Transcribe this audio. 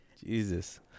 Jesus